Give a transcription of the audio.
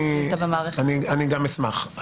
גם אני אשמח.